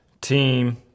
team